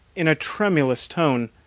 in a tremulous tone,